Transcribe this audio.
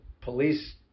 police